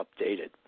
updated